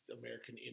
American